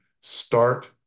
start